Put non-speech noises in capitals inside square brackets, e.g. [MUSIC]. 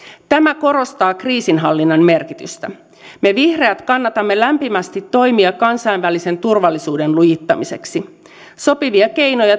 tämä korostaa kriisinhallinnan merkitystä me vihreät kannatamme lämpimästi toimia kansainvälisen turvallisuuden lujittamiseksi sopivia keinoja [UNINTELLIGIBLE]